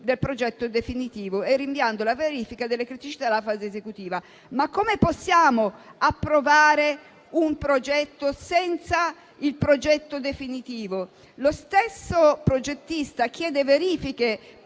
del progetto definitivo e rinviando la verifica delle criticità alla fase esecutiva. Come possiamo approvare un progetto senza il progetto definitivo? Lo stesso progettista chiede verifiche